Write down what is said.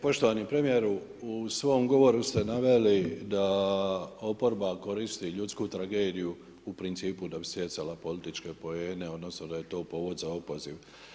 Poštovani premijeru u svom govoru ste naveli da oporba koristi ljudsku tragediju u principu da bi stjecala političke poene, odnosno da je to povod za opoziv.